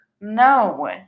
No